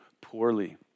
poorly